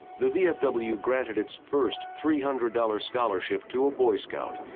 the vfw granted its first three hundred dollar scholarship to a boy scout,